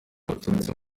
baturutse